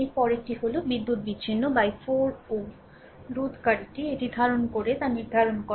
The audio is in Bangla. এর পরেরটি হল বিদ্যুৎ বিচ্ছিন্ন 4 Ω রোধকারীটি এটি ধারণ করে তা নির্ধারণ করে